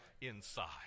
inside